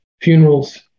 funerals